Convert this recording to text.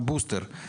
"בוסטר".